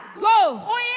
Go